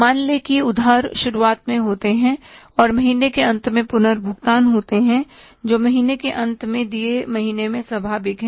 मान लें कि उधार शुरुआत में होते हैं और महीने के अंत में पुनर्भुगतान होते हैं जो महीने के अंत में दिए गए महीने में स्वाभाविक है